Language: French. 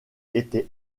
était